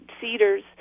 cedars